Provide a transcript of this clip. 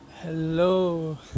Hello